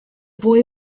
boy